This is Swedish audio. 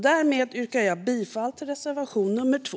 Därmed yrkar jag bifall till reservation 2.